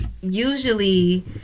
usually